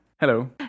Hello